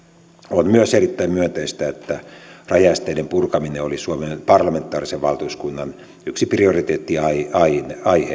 on myös erittäin myönteistä että rajaesteiden purkaminen oli suomen parlamentaarisen valtuuskunnan yksi prioriteettiaihe